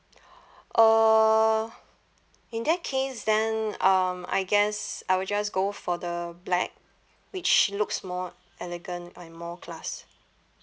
uh in that case then um I guess I will just go for the black which looks more elegant and more class